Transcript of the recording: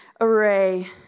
array